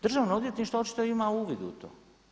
Državno odvjetništvo očito ima uvid u to.